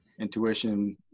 intuition